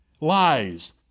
lies